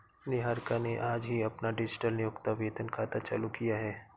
निहारिका ने आज ही अपना डिजिटल नियोक्ता वेतन खाता चालू किया है